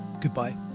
goodbye